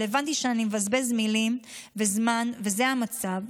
אבל הבנתי שאני מבזבז מילים וזמן וזה המצב,